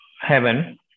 heaven